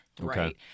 right